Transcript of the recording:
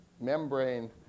membrane